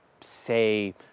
say